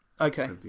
Okay